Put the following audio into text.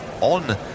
on